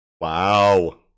Wow